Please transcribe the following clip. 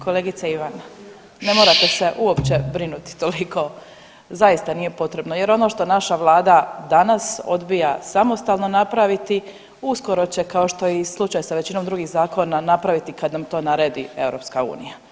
Kolegice Ivana, ne morate se uopće brinuti toliko zaista nije potrebno jer ono što naša vlada danas odbija samostalno napraviti uskoro će kao što je i slučaj sa većinom drugih zakona napraviti kad na to naredi EU.